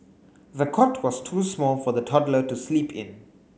the cot was too small for the toddler to sleep in